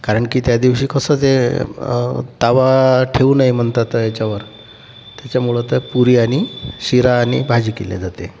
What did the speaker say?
कारण की त्या दिवशी कसं ते तवा ठेवू नये म्हणतात याच्यावर त्याच्यामुळे ते पुरी आणि शिरा आणि भाजी केल्या जाते